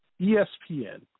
ESPN